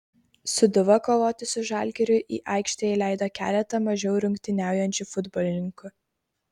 sūduva kovoti su žalgiriu į aikštę įleido keletą mažiau rungtyniaujančių futbolininkų